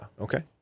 Okay